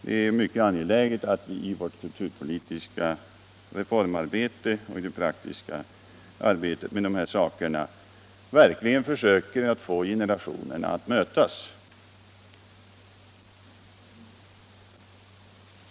Dei är mycket angeläget att vi i vårt kulturpolitiska reformarbete och i det praktiska arbetet verkligen försöker få generationerna att mötas.